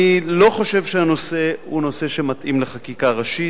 אני לא חושב שהנושא מתאים לחקיקה ראשית,